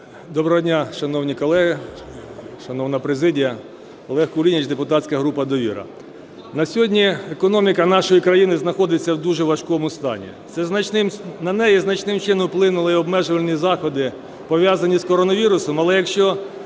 Доброго дня, шановні колеги, шановна президія! Олег Кулініч, депутатська група "Довіра". На сьогодні економіка нашої країни знаходиться в дуже важкому стані. На неї значним чином вплинули обмежувальні заходи, пов'язані з коронавірусом. Але, якщо